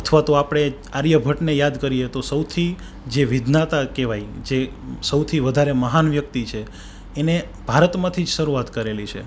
અથવા તો આપણે આર્યભટ્ટને યાદ કરીએ તો સૌથી જે વિજ્ઞાતા કહેવાય જે સૌથી વધારે મહાન વ્યક્તિ છે એને ભારતમાંથી જ શરૂઆત કરેલી છે